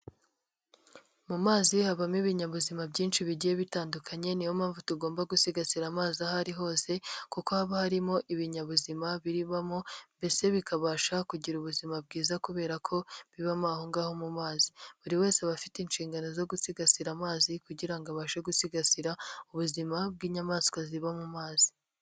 Mu mazi habamo ibinyabuzima byinshi bigiye bitandukanye niyo mpamvu tugomba gusigasira amazi aho ari hose kuko haba harimo ibinyabuzima bibamo mbese bikabasha kugira ubuzima bwiza kubera ko bibamo aho ngaho mu mazi, buri wese afite inshingano zo gusigasira amazi kugira ngo abashe gusigasira ubuzima bw'inyamaswa ziba mu mazi.